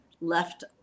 left